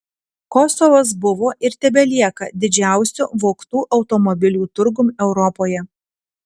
kosovas buvo ir tebelieka didžiausiu vogtų automobilių turgum europoje